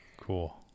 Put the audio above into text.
cool